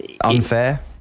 unfair